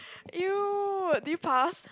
!eww! did you pass